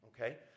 okay